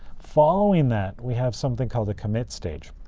following that, we have something called the commit stage,